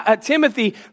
Timothy